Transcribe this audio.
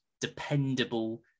dependable